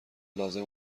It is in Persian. لازم